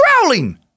growling